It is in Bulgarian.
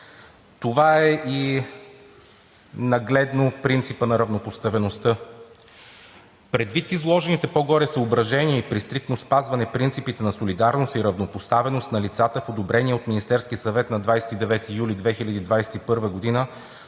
Това е и нагледно принципът на равнопоставеността. Предвид изложените по-горе съображения и при стриктно спазване принципите на солидарност и равнопоставеност на лицата в одобрения от Министерския съвет на 29 юли 2021 г.